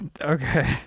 okay